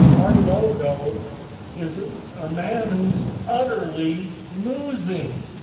our logo is a ah man who's utterly losing.